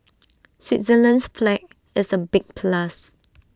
Switzerland's flag is A big plus